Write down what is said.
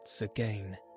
again